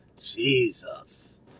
Jesus